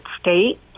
state